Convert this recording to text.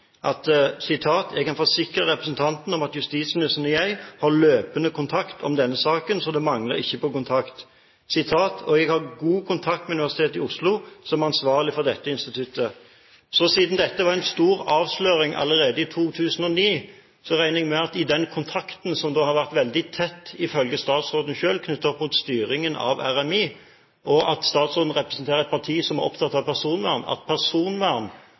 kan forsikre representanten om at justisministeren og jeg har løpende kontakt også om denne saken. Så det mangler ikke på kontakt og jeg har også god kontakt med Universitetet i Oslo som ansvarlig for dette instituttet.» Siden dette var en stor avsløring allerede i 2009, regner jeg med at i den kontakten som har vært veldig tett, ifølge statsråden selv – knyttet opp mot styringen av RMI, og mot at statsråden representerer et parti som er opptatt av personvern – har personvern